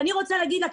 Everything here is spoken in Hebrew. אני רוצה לומר לה,